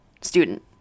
student